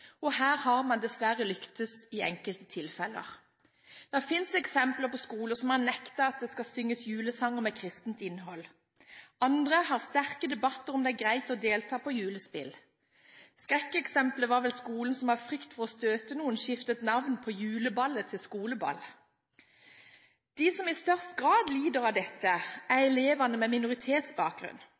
og her har man dessverre lyktes i enkelte tilfeller. Det finnes eksempler på skoler som har nektet at det synges julesanger med kristent innhold. Andre har sterke debatter om det er greit å delta i julespill. Skrekkeksemplet er vel skolen som av frykt for å støte noen, skiftet navn på juleballet – til skoleballet. De som i størst grad lider under dette, er elevene med minoritetsbakgrunn.